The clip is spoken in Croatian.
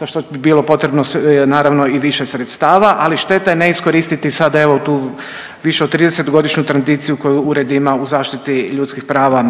za što bi bilo potrebno naravno i više sredstava. Ali šteta je ne iskoristiti sada evo tu više od 30 godišnju tradiciju koju ured ima u zaštiti ljudskih prava